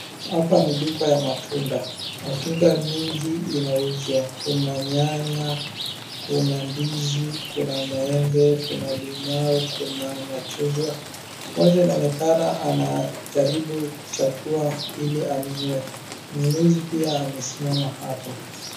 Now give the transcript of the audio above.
Hapa ni duka ya matunda, matunda mingi inauzwa kuna nyanya, kuna ndizi, kuna maembe, kuna limau, kuna machungwa. Mmoja inaonekana anajaribu kuchagua ili anunue mnunuzi pia amesimama hapo.